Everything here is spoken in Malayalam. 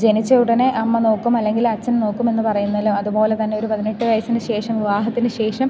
ജനിച്ച ഉടനെ അമ്മ നോക്കും അല്ലെങ്കിൽ അച്ഛൻ നോക്കുമെന്നു പറയുന്നല്ലോ അതുപോലെതന്നൊരു പതിനെട്ടു വയസ്സിന് ശേഷം വിവാഹത്തിനുശേഷം